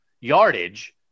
yardage